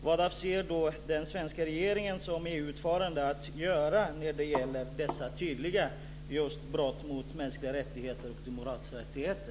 Vad avser då den svenska regeringen som EU ordförande att göra när det gäller dessa tydliga brott mot mänskliga och demokratiska rättigheter?